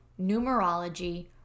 numerology